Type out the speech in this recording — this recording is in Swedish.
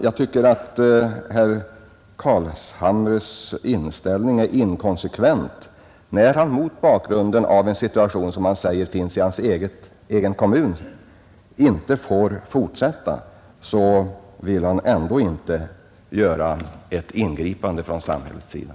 Jag tycker att herr Carlshamres inställning är inkonsekvent när han mot bakgrunden av en situation, som han säger finns i hans egen kommun och som, enligt hans mening, inte får tillåtas fortsätta, ändå inte vill vara med om ingripande från samhällets sida.